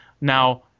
now